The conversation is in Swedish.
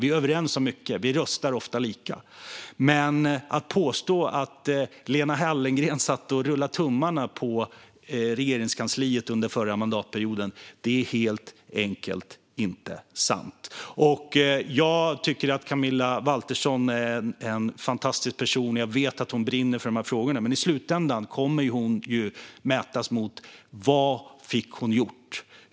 Vi är överens om mycket, och vi röstar ofta lika. Men när man påstår att Lena Hallengren satt och rullade tummarna på Regeringskansliet under förra mandatperioden är det helt enkelt inte sant. Jag tycker att Camilla Waltersson Grönvall är en fantastisk person, och jag vet att hon brinner för de här frågorna. Men i slutändan kommer hon att mätas mot vad hon fick gjort.